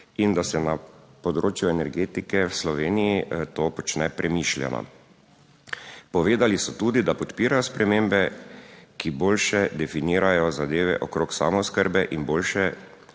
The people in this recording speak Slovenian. In da se na področju energetike v Sloveniji to počne premišljeno. Povedali so tudi, da podpira spremembe, ki boljše definirajo zadeve okrog samooskrbe in boljše